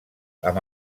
amb